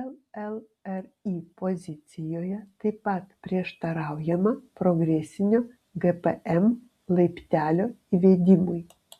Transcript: llri pozicijoje taip pat prieštaraujama progresinio gpm laiptelio įvedimui